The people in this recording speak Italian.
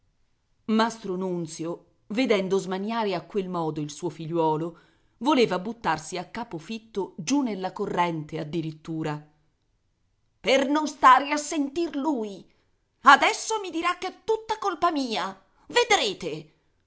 nunzio vedendo smaniare a quel modo il suo figliuolo voleva buttarsi a capo fitto giù nella corrente addirittura per non stare a sentir lui adesso mi dirà ch'è tutta colpa mia vedrete